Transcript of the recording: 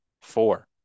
four